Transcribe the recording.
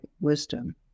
wisdom